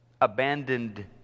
abandoned